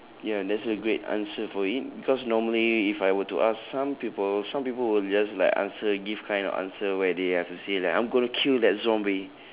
ya that's a great answer for it because normally if I were to ask some people some people will just like answer give kind of answer where they have to say like I'm gonna kill that zombie